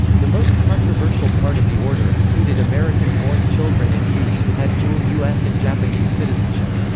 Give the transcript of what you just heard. the most controversial part of the order included american born children and youth who had dual u s. and japanese citizenship.